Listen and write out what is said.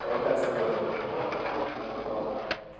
ତେଣୁ କ୍ୟାନସଲ୍ କରିଦିଅନ୍ତୁ ହଉ